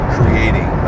creating